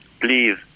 Please